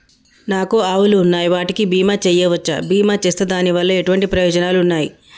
నాకు ఆవులు ఉన్నాయి వాటికి బీమా చెయ్యవచ్చా? బీమా చేస్తే దాని వల్ల ఎటువంటి ప్రయోజనాలు ఉన్నాయి?